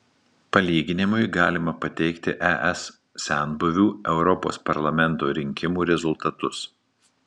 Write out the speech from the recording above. palyginimui galima pateikti es senbuvių europos parlamento rinkimų rezultatus